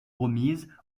remises